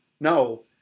no –